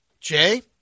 Jay